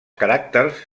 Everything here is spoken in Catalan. caràcters